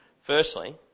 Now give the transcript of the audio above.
Firstly